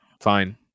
fine